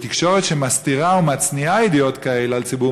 ותקשורת שמסתירה או מצניעה ידיעות כאלה על ציבור